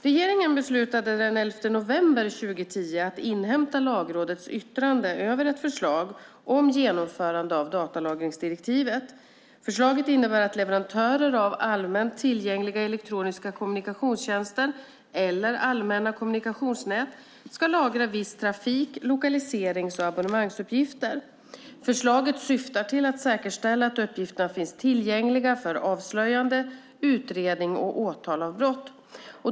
Regeringen beslutade den 11 november 2010 att inhämta Lagrådets yttrande över ett förslag om genomförande av datalagringsdirektivet. Förslaget innebär att leverantörer av allmänt tillgängliga elektroniska kommunikationstjänster eller allmänna kommunikationsnät ska lagra vissa trafik-, lokaliserings och abonnemangsuppgifter. Förslaget syftar till att säkerställa att uppgifterna finns tillgängliga för avslöjande, utredning och åtal av brott.